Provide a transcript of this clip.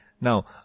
Now